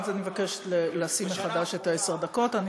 אני אבקש לשים מחדש את עשר הדקות.